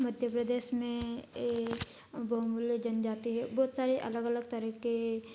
मध्य प्रदेश में बहुमूल्य जनजाति है बहुत सारे अलग अलग तरह के